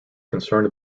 concerned